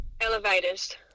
Elevators